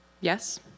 Yes